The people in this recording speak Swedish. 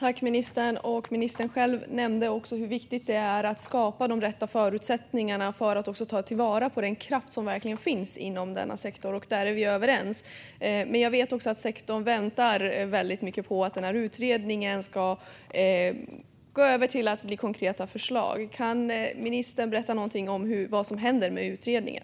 Fru talman! Ministern nämnde hur viktigt det är att skapa de rätta förutsättningarna för att ta till vara den kraft som verkligen finns inom denna sektor. Där är vi överens. Men jag vet att sektorn väntar på att den här utredningen ska gå över till att bli konkreta förslag. Kan ministern berätta något om vad som händer med utredningen?